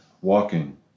walking